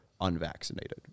unvaccinated